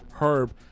Herb